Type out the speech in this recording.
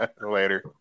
Later